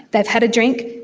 they've had a drink,